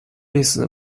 类似